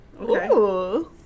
Okay